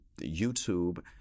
YouTube